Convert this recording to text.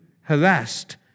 harassed